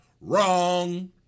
wrong